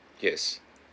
yes